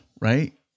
right